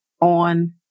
on